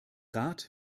rat